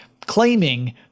claiming